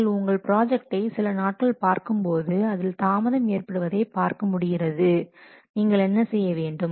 நீங்கள் உங்கள் ப்ராஜெக்டை சில நாட்கள் பார்க்கும்போது அதில் தாமதம் ஏற்படுவதை பார்க்க முடிகிறது நீங்கள் என்ன செய்ய வேண்டும்